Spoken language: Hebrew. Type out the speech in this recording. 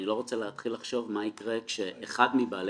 אני לא רוצה להתחיל לחשוב מה יקרה כשאחד מבעלי